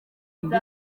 indi